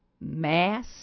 Mass